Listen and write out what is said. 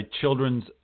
children's